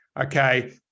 okay